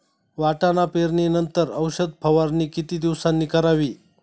वाटाणा पेरणी नंतर औषध फवारणी किती दिवसांनी करावी?